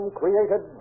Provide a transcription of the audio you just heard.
created